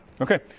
Okay